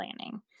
planning